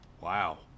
Wow